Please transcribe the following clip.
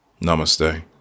Namaste